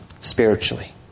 spiritually